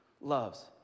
loves